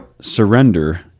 surrender